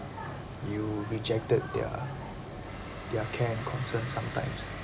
you rejected their their care and concern sometimes